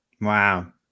wow